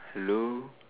hello